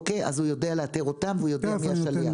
הוא יודע לאתר אותם והוא יודע מי השליח.